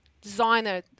designer